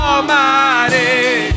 Almighty